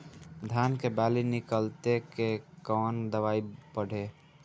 धान के बाली निकलते के कवन दवाई पढ़े?